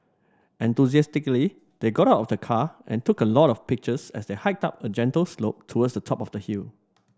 enthusiastically they got out of the car and took a lot of pictures as they hiked up a gentle slope towards the top of the hill